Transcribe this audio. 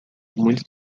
muito